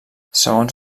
segons